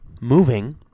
moving